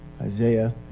Isaiah